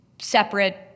separate